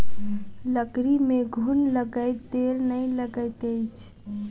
लकड़ी में घुन लगैत देर नै लगैत अछि